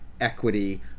equity